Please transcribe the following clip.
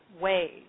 ways